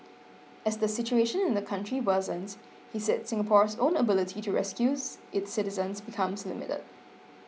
as the situation in the country worsens he said Singapore's own ability to rescue its citizens becomes limited